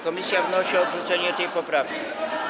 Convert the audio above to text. Komisja wnosi o odrzucenie tej poprawki.